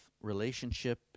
relationship